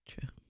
True